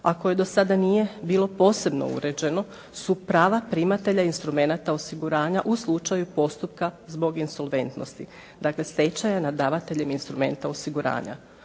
koje do sada nije bilo posebno uređeno su prava primatelja instrumenata osiguranja u slučaju postupka zbog insolventnosti. Dakle stečaja nad davateljem instrumenta osiguranja.